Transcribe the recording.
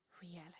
reality